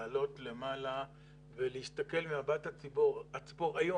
לעלות למעלה ולהסתכל ממבט הציפור איך